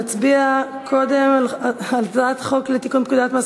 נצביע קודם על הצעת חוק לתיקון פקודת מס